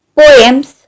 poems